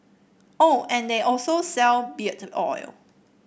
oh and they also sell beard oil